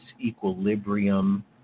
equilibrium